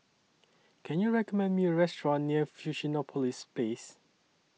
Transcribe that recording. Can YOU recommend Me A Restaurant near Fusionopolis Place